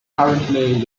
currently